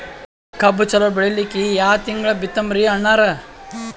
ಕಬ್ಬು ಚಲೋ ಬೆಳಿಲಿಕ್ಕಿ ಯಾ ತಿಂಗಳ ಬಿತ್ತಮ್ರೀ ಅಣ್ಣಾರ?